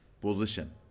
position